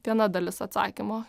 viena dalis atsakymo